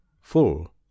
full